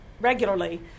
regularly